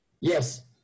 Yes